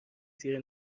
زیر